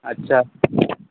अच्छा